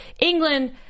England